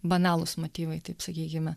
banalūs motyvai taip sakykime